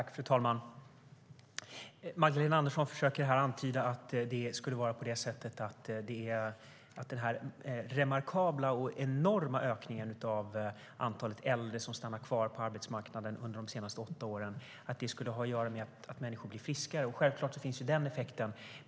Fru talman! Magdalena Andersson försöker här antyda att den remarkabla och enorma ökningen av antalet äldre som stannat kvar på arbetsmarknaden under de senaste åtta åren hänger ihop med att människor har blivit friskare. Självklart finns den effekten.